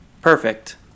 Perfect